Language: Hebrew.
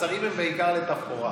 השרים הם בעיקר לתפאורה.